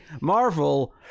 Marvel